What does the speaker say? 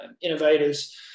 innovators